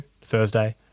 Thursday